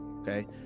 okay